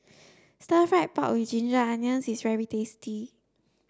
stir fried pork with ginger onions is very tasty